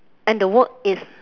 and the work is